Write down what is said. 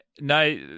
No